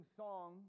song